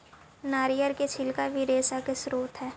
नरियर के छिलका भी रेशा के स्रोत हई